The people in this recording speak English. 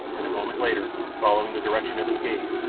and a moment later, following the direction of his gaze,